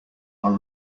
are